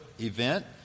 event